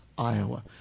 Iowa